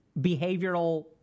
behavioral